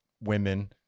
women